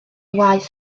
waeth